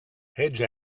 hedge